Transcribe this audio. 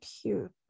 cute